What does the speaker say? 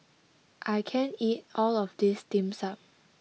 I can't eat all of this Dim Sum